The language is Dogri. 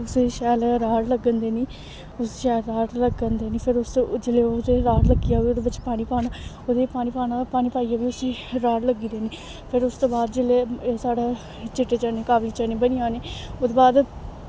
उसी शैल राह्ड़ लग्गन देनी उसी शैल राह्ड़ लग्गन देनी फिर उस जिसलै ओह्दे राह्ड़ लग्गी जाह्ग फिर ओह्दे च पानी पाना ओह्दे च पानी पाना पानी पाइयै बी उसी राह्ड़ लग्गन देनी फिर उसदे बाद जिसलै साढ़ा चिट्टे चने काबली चने बनी जाने ओह्दे बाद